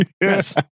Yes